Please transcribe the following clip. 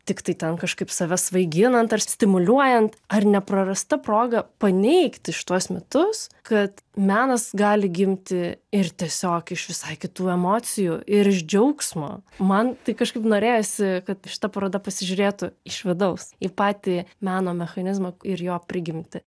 tiktai ten kažkaip save svaiginant ar stimuliuojant ar ne prarasta proga paneigti šituos mitus kad menas gali gimti ir tiesiog iš visai kitų emocijų ir iš džiaugsmo man tai kažkaip norėjosi kad šita paroda pasižiūrėtų iš vidaus į patį meno mechanizmą ir jo prigimtį